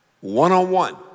one-on-one